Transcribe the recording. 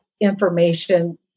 information